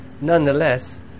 Nonetheless